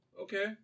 Okay